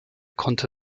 konnte